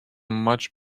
much